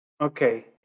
Okay